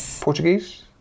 Portuguese